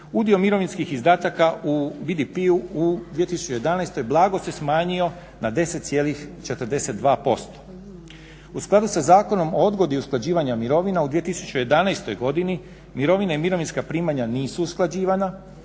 udio mirovinskih izdataka u BDP u 2011.blago se smanjio na 10,42%. U skladu sa Zakonom o odgodi usklađivanja mirovina u 2011.godini mirovine i mirovinska primanja nisu usklađivanja